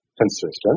consistent